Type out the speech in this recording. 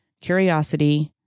curiosity